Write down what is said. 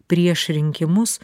prieš rinkimus